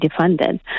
defunded